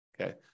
Okay